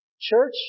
Church